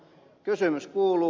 kysymys kuuluu